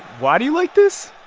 why do you like this?